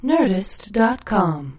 Nerdist.com